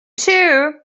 too